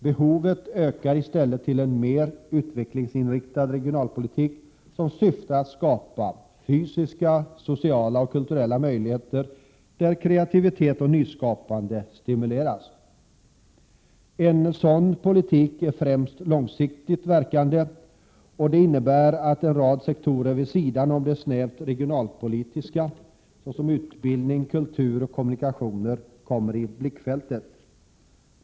Behovet ökar i stället, och vad som behövs är en mer utvecklingsinriktad regionalpolitik som syftar till att skapa fysiska, sociala och kulturella miljöer där kreativitet och nyskapande stimuleras. En sådan politik är främst långsiktigt verkande, vilket innebär att en rad sektorer vid sidan om de snävt regionalpolitiska — såsom utbildning, kultur och kommunikationer - kommer i blickfältet.